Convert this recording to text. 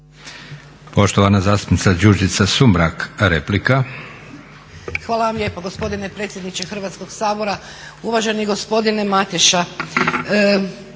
Poštovana zastupnica Đurđica Sumrak, replika. **Sumrak, Đurđica (HDZ)** Hvala vam lijepo gospodine predsjedniče Hrvatskog sabora. Uvaženi gospodine Mateša,